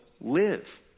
live